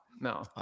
no